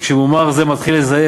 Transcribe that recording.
וכשמומר זה מתחיל לזייף,